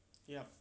yup